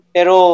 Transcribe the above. Pero